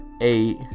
eight